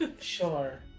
sure